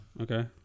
Okay